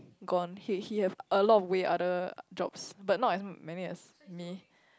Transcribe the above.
gone he he have a lot of way other jobs but as not as many as me